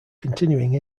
continuing